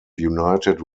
united